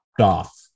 off